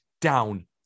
down